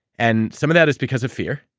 and some of that is because of fear.